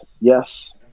yes